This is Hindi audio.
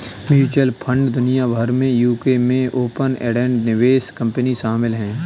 म्यूचुअल फंड दुनिया भर में यूके में ओपन एंडेड निवेश कंपनी शामिल हैं